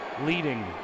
leading